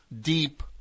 deep